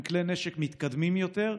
עם כלי נשק מתקדמים יותר.